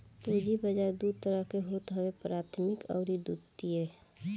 पूंजी बाजार दू तरह के होत हवे प्राथमिक अउरी द्वितीयक